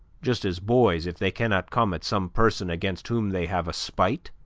just as boys, if they cannot come at some person against whom they have a spite,